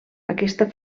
aquesta